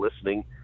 listening